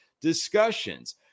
discussions